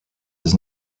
does